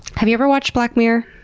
have you ever watched black mirror?